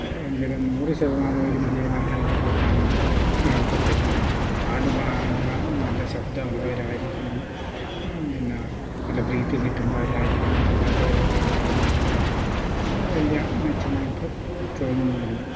എങ്കിലും നൂറ് ശതമാനം ഒരു വിജയമായിട്ടതിനെ കൂട്ടാനോ ഒക്കത്തില്ല പാട്ടു പാടുവാൻ നല്ല ശബ്ദം ഉള്ളവരായിരിക്കണം പിന്നെ നല്ല ബ്രീത്ത് കിട്ടുന്നവരായിരിക്കണം അല്ലാത്തവരൊക്കെ പാടാൻ ശ്രമിച്ചാൽ വലിയ മെച്ചമായിട്ട് തോന്നുന്നില്ല